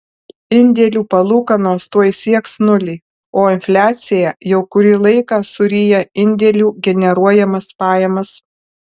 indėlių palūkanos tuoj sieks nulį o infliacija jau kurį laiką suryja indėlių generuojamas pajamas